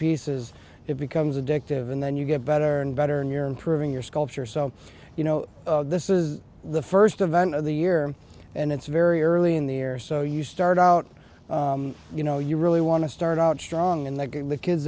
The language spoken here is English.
pieces it becomes addictive and then you get better and better and you're improving your sculpture so you know this is the first event of the year and it's very early in the year so you start out you know you really want to start out strong and then the kids